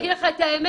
אני אגיד לך את האמת,